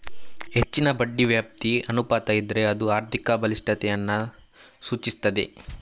ಹೆಚ್ಚಿನ ಬಡ್ಡಿ ವ್ಯಾಪ್ತಿ ಅನುಪಾತ ಇದ್ರೆ ಅದು ಆರ್ಥಿಕ ಬಲಿಷ್ಠತೆಯನ್ನ ಸೂಚಿಸ್ತದೆ